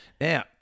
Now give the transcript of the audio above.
Now